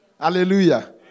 Hallelujah